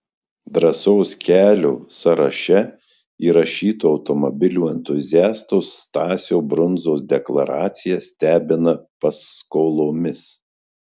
drąsos kelio sąraše įrašyto automobilių entuziasto stasio brundzos deklaracija stebina paskolomis